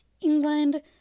England